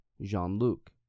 Jean-Luc